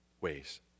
ways